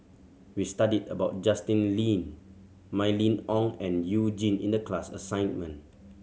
we studied about Justin Lean Mylene Ong and You Jin in the class assignment